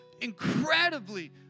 incredibly